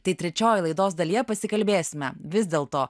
tai trečioj laidos dalyje pasikalbėsime vis dėl to